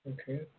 okay